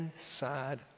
inside